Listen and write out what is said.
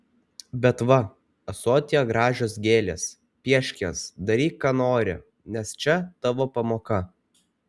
bet va ąsotyje gražios gėlės piešk jas daryk ką nori nes čia tavo pamoka